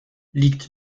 liegt